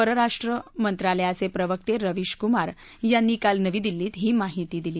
परराष्ट्र मंत्रालयाचे प्रवक्ते रविश कुमार यांनी काल नवी दिल्लीत ही माहिती दिली